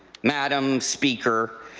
madam speaker,